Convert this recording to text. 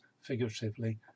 figuratively